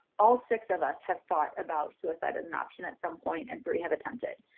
all six of us have thought about suicide as an option at some point and three have attempted.